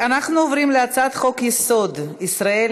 אנחנו עוברים להצעת חוק-יסוד: ישראל,